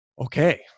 okay